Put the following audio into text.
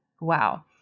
wow